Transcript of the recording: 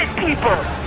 people!